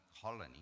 colony